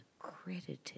accredited